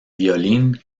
violín